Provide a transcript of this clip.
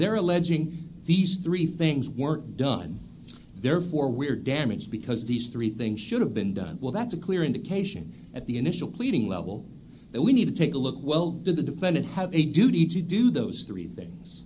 they're alleging these three things weren't done therefore we're damaged because these three things should have been done well that's a clear indication at the initial pleading level that we need to take a look well to the defendant had a duty to do those three things